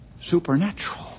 supernatural